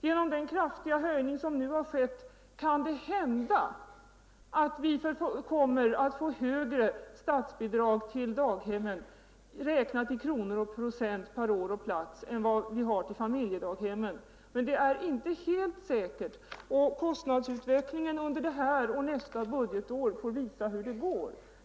Genom den kraftiga höjning som nu har skett kan det hända att vi kommer att få högre statsbidrag till daghemmen, i kronor och procent per år och plats, än till familjedaghemmen, men det är inte helt säkert. Kostnadsutvecklingen under detta och nästa budgetår får visa hur det går.